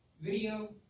video